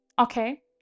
Okay